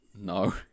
No